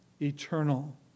eternal